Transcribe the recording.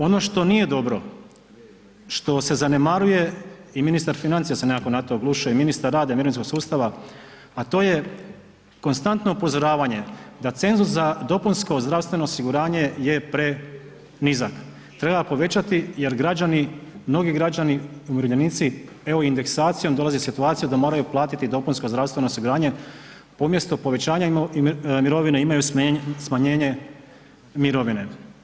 Ono što nije dobro, što se zanemaruje i ministar financija se nekako na to oglušuje i ministar rada i mirovinskog sustava, a to je konstantno upozoravanje da cenzus za dopunsko zdravstveno osiguranje je prenizak, treba povećati jer građani, mnogi građani i umirovljenici evo indeksacijom dolaze u situaciju da moraju platiti dopunsko zdravstveno osiguranje, umjesto povećanja mirovina imaju smanjenje mirovine.